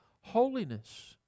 holiness